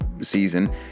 season